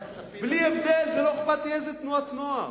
בלי הבדל, זה לא אכפת לי איזו תנועת נוער.